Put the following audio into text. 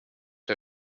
der